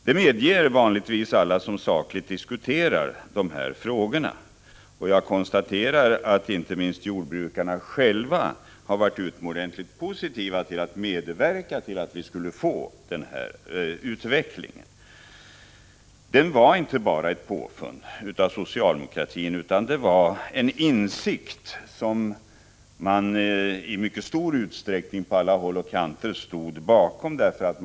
Det medger vanligtvis alla som sakligt diskuterar dessa frågor. Jag konstaterar att inte minst jordbrukarna själva har varit utomordentligt positiva till att medverka till denna rationaliseringsutveckling. Rationaliseringen var inte bara ett påfund av socialdemokratin, utan till grund för den låg en insikt som man på alla håll och kanter i stor utsträckning stod bakom.